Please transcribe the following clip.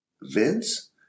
Vince